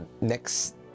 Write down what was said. next